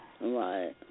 Right